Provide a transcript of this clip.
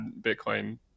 Bitcoin